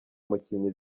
umukinnyi